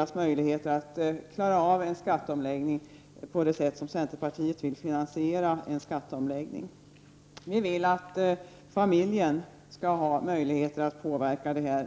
och möjligheter att klara av en skatteomläggning på det sätt som centerpartiet vill finansiera den. Vi vill att familjen skall ha möjligheter att påverka detta.